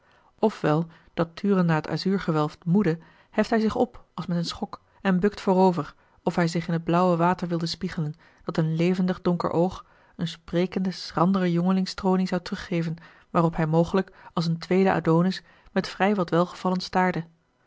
wel dat turen naar t azuurgewelf moede heft hij zich op als met een schok en bukt voorover of hij zich in het blauwe water wilde spiegelen dat een levendig donker oog eene sprekende schrandere jongelingstronie zou teruggeven waarop hij mogelijk als een tweede adonis met vrij wat welgevallen